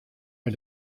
mei